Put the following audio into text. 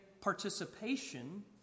participation